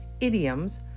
Idioms